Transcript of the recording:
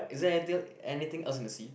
is there anything els~ anything else in the sea